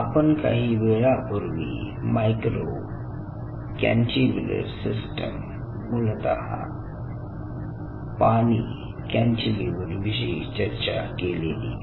आपण काही वेळापूर्वी मायक्रो कॅन्टीलिव्हर सिस्टम मूलत पाणी कॅन्टीलिव्हर विषयी चर्चा केलेली आहे